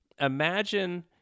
Imagine